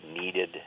needed